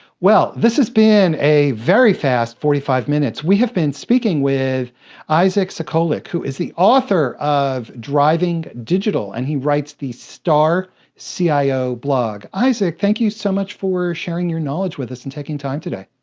well, this has been a very fast forty five minutes. we have been speaking with isaac sacolick, who is the author of driving digital, and he writes the starcio blog. isaac, thank you so much for sharing your knowledge with us and taking time today.